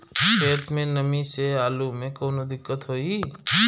खेत मे नमी स आलू मे कऊनो दिक्कत होई?